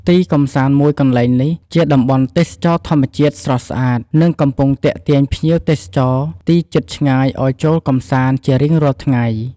ទីកម្សាន្តមួយកន្លែងនេះ ជាតំបន់ទេសចរណ៍ធម្មជាតិស្រស់ស្អាត និងកំពុងទាក់ទាញភ្ញៀវទេសចរទីជិតឆ្ងាយឱ្យចូលកម្សាន្តជារៀងរាល់ថ្ងៃ។